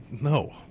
No